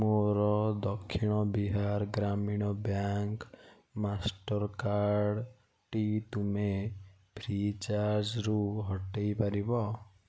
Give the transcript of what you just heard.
ମୋର ଦକ୍ଷିଣ ବିହାର ଗ୍ରାମୀଣ ବ୍ୟାଙ୍କ ମାଷ୍ଟର୍କାର୍ଡ଼ଟି ତୁମେ ଫ୍ରିଚାର୍ଜରୁ ହଟାଇ ପାରିବ